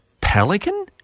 pelican